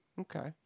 Okay